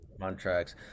contracts